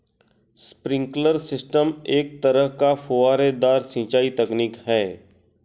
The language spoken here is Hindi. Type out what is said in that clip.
स्प्रिंकलर सिस्टम एक तरह का फुहारेदार सिंचाई तकनीक है